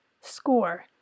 score